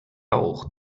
auch